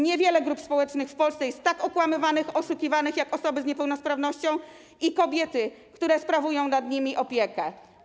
Niewiele grup społecznych w Polsce jest tak okłamywanych, oszukiwanych jak osoby z niepełnosprawnością i kobiety, które sprawują nad nimi opiekę.